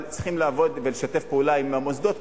אבל צריכים לעבוד ולשתף פעולה עם המוסדות,